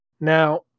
Now